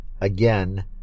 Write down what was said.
again